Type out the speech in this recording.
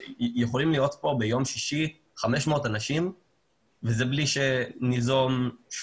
יכולים להיות כאן ביום שישי 500 אנשים וזה בלי שניזום משהו